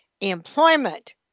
employment